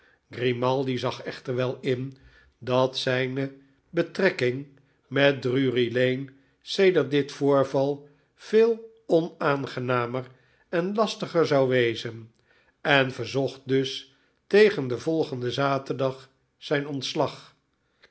grimaldi zag echter wel in dat zijne betrekking met drury lane sedert dit voorval veel onaangenamer en lastiger zou wezen en verzocht dus tegen den volgenden zaterdag zijn ontslag